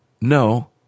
No